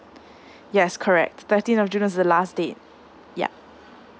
yes correct thirteen of june is the last day ya